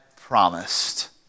promised